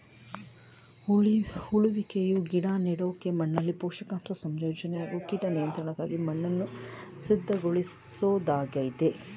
ಉಳುವಿಕೆಯು ಗಿಡ ನೆಡೋಕೆ ಮಣ್ಣಲ್ಲಿ ಪೋಷಕಾಂಶ ಸಂಯೋಜನೆ ಹಾಗೂ ಕೀಟ ನಿಯಂತ್ರಣಕ್ಕಾಗಿ ಮಣ್ಣನ್ನು ಸಿದ್ಧಗೊಳಿಸೊದಾಗಯ್ತೆ